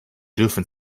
dürfen